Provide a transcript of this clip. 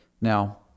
Now